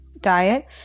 diet